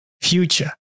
Future